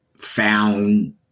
found